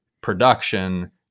production